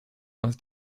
was